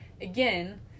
again